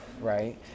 right